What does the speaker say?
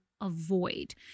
avoid